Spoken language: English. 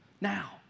Now